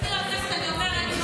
למזכיר הכנסת אני אומרת,